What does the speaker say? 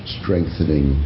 strengthening